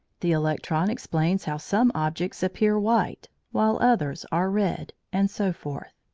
the electron explains how some objects appear white, while others are red, and so forth.